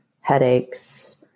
headaches